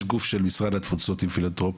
יש גוף של משרד התפוצות עם פילנתרופיה,